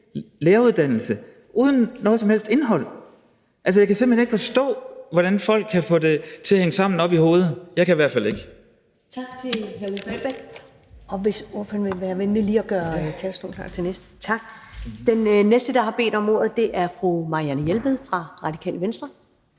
læreruddannelse, uden noget som helst indhold. Altså, jeg kan simpelt ikke forstå, hvordan folk kan få det til at hænge sammen oppe i hovedet. Jeg kan i hvert fald ikke.